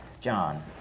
john